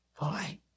Boy